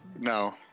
No